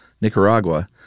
Nicaragua